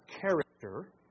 character